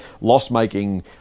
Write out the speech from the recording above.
loss-making